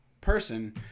person